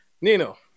Nino